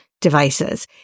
devices